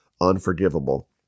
unforgivable